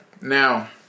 Now